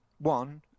one